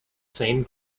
same